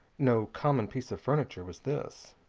no common piece of furniture was this.